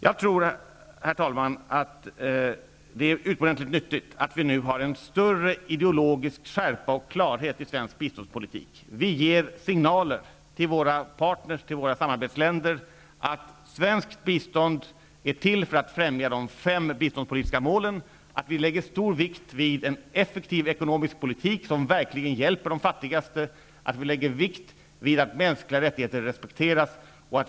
Herr talman! Jag tror att det är utomordentligt nyttigt att vi nu har en större ideologisk skärpa och klarhet i svensk biståndspolitik. Vi ger signaler till våra partner och till våra samarbetsländer att svenskt bistånd är till för att främja de fem biståndspolitiska målen. Vi lägger stor vikt vid en effektiv ekonomisk politik som verkligen hjälper de fattigaste. Vi lägger vikt vid att mänskliga rättigheter respekteras.